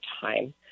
time